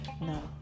No